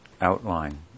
outline